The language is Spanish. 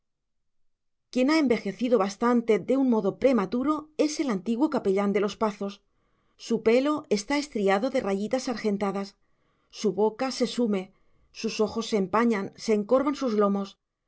quien ha envejecido bastante de un modo prematuro es el antiguo capellán de los pazos su pelo está estriado de rayitas argentadas su boca se sume sus ojos se empañan se encorvan sus lomos